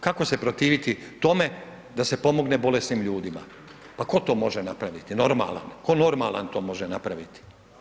Kako se protiviti tome da se pomogne bolesnim ljudima, pa tko to može napraviti normalan, tko normalan to može napraviti.